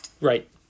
Right